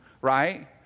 right